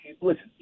Listen